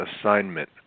assignment